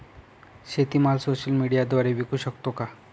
शेतीमाल सोशल मीडियाद्वारे विकू शकतो का?